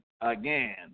Again